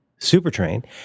supertrain